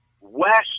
west